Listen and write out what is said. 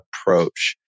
approach